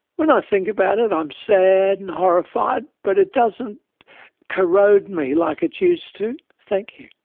when i think about it i'm sad and horrified but it doesn't corrode me like it used to. thank you.